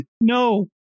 No